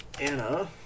Anna